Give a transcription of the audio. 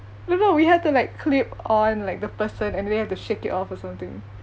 remember we had to like clip on like the person and we have to shake it off or something